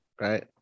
right